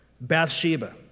Bathsheba